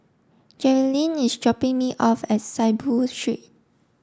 Jerilyn is dropping me off at Saiboo Street